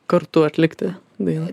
kartu atlikti dainą